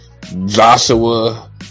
Joshua